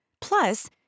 Plus